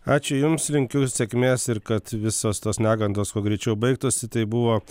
ačiū jums linkiu sėkmės ir kad visos tos negandos kuo greičiau baigtųsi tai buvo